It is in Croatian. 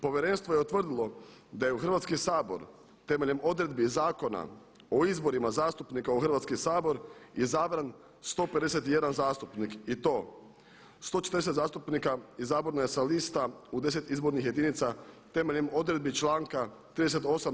Povjerenstvo je utvrdilo da je u Hrvatski sabor temeljem odredbi Zakona o izborima zastupnika u Hrvatski sabor izabran 151 zastupnik i to 140 zastupnika izabrano je sa lista u 10 izbornih jedinica temeljem odredbi članka 38.